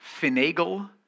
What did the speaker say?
finagle